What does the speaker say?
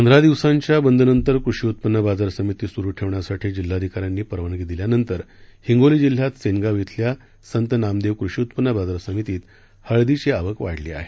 पंधरा दिवसाच्या बंद नंतर कृषी उत्पन्न बाजार समिती सुरू ठेवण्यासाठी जिल्हाधिका यांनी परवानगी दिल्यानंतर हिंगोली जिल्ह्यात सेनगाव इथल्या संत नामदेव कृषी उत्पन्न बाजार समितीत हळदीची आवक वाढली आहे